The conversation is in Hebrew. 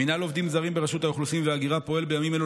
מינהל עובדים זרים ברשות האוכלוסין וההגירה פועל בימים אלו